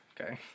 Okay